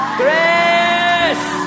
grace